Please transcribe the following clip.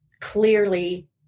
clearly